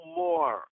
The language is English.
more